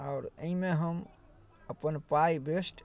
आओर एहिमे हम अपन पाइ वेस्ट